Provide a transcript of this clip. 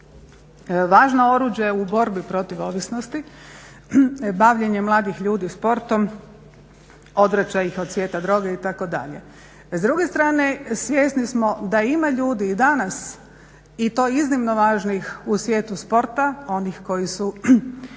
važno oruđe u borbi protiv ovisnosti, bavljenje mladih ljudi sportom odvraća iz od svijeta droge itd. S druge strane svjesni smo da ima ljudi i danas i to iznimno važnih u svijetu sporta, oni koji su